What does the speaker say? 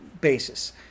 basis